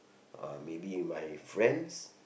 uh maybe my friends